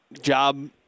job